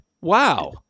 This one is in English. wow